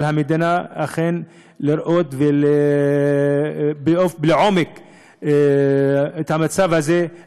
על המדינה לראות לעומק את המצב הזה,